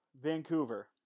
Vancouver